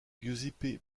giuseppe